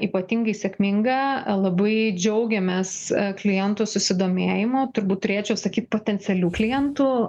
ypatingai sėkminga labai džiaugiamės klientų susidomėjimu turbūt turėčiau sakyt potencialių klientų